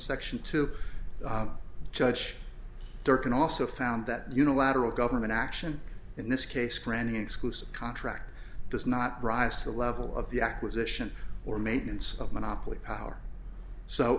section two judge durkin also found that unilateral government action in this case granting exclusive contract does not rise to the level of the acquisition or maintenance of monopoly power so